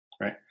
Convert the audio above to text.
right